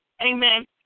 amen